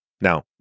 Now